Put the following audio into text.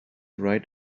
right